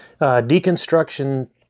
Deconstruction